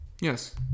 Yes